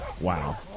Wow